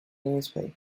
newspaper